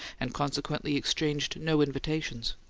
and consequently exchanged no invitations.